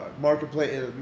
Marketplace